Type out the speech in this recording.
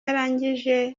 arangije